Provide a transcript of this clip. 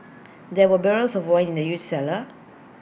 there were barrels of wine in the huge cellar